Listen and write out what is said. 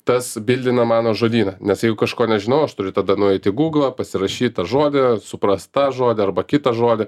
tas bildina mano žodyną nes jeigu kažko nežinau aš turiu tada nueit į gūglą pasirašyt tą žodį suprast žodį arba kitą žodį